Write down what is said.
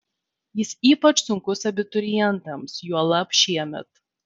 jis ypač sunkus abiturientams juolab šiemet